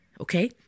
Okay